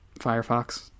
firefox